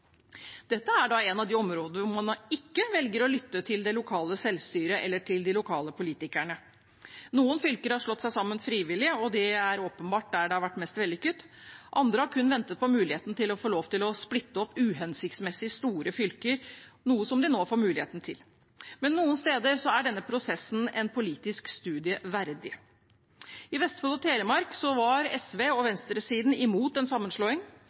Dette er et av de områdene hvor man ikke velger å lytte til det lokale selvstyret eller de lokale politikerne. Noen fylker har slått seg sammen frivillig, og det er åpenbart der det har vært mest vellykket. Andre har kun ventet på muligheten til å få lov til å splitte opp uhensiktsmessig store fylker, noe som de nå får muligheten til. Noen steder er denne prosessen en politisk studie verdig. I Vestfold og Telemark var SV og resten av venstresiden imot en sammenslåing,